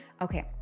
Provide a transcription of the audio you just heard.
Okay